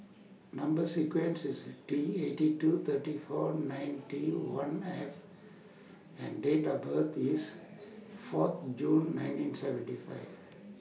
Number sequence IS T eighty two thirty four ninety one F and Date of birth IS four June nineteen seventy five